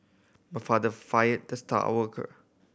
my father fired the star worker